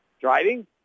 Driving